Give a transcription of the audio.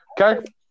Okay